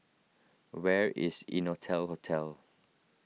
where is Innotel Hotel